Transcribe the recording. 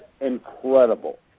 incredible